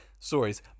Stories